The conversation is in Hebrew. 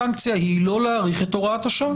הסנקציה היא לא להאריך את הוראת השעה.